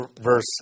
verse